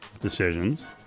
decisions